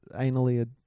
anally